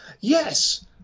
Yes